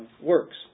works